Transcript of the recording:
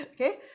okay